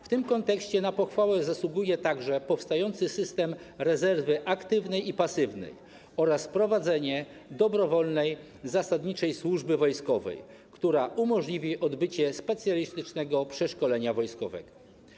W tym kontekście na pochwałę zasługuje także powstający system rezerwy aktywnej i pasywnej oraz wprowadzenie dobrowolnej zasadniczej służby wojskowej, która umożliwi odbycie specjalistycznego przeszkolenia wojskowego.